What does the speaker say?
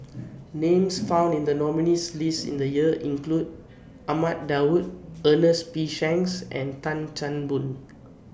Names found in The nominees' list in The Year include Ahmad Daud Ernest P Shanks and Tan Chan Boon